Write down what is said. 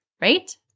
Right